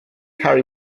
harry